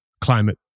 climate